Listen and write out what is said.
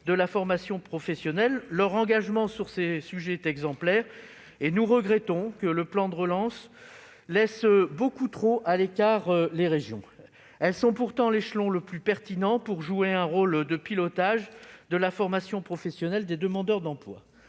de la formation professionnelle. Leur engagement sur ces sujets est exemplaire ; nous regrettons que le plan de relance ne les laisse trop à l'écart, car elles sont l'échelon le plus pertinent pour jouer un rôle de pilotage de la formation professionnelle des demandeurs d'emploi.